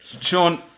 Sean